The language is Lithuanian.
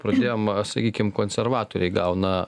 pradėjom sakykim konservatoriai gauna